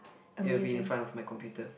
it'll be in front of my computer